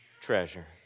treasure